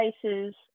places